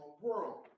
world